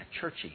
churchy